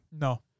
No